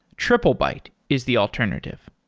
triplebyte is the alternative.